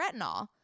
retinol